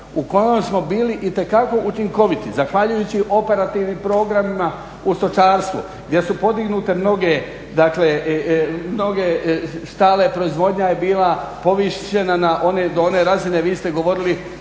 u kojoj smo bili itekako učinkoviti, zahvaljujući operativnim programima u stočarstvu gdje su podignute mnoge štale. Proizvodnja je bila povišena do one razine, vi ste govorili